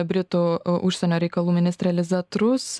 britų užsienio reikalų ministrė liza trus